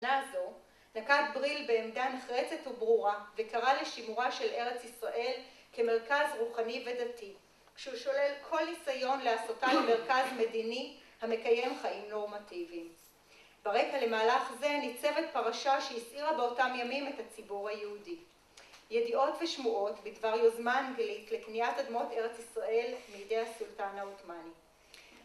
‫נה זו, נקט בריל ‫בעמדה נחרצת וברורה ‫וקרא לשימורה של ארץ ישראל ‫כמרכז רוחני ודתי, ‫שהוא שולל כל ניסיון לעשותה ‫למרכז מדיני המקיים חיים נורמטיביים. ‫ברקע למהלך זה ניצבת פרשה ‫שהסעירה באותם ימים את הציבור היהודי. ‫ידיעות ושמורות בדבר יוזמה ‫הנגלית לקניית אדמות ארץ ישראל ‫מידי הסולטן העות'מני.